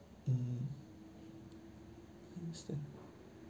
mm instant